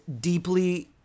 deeply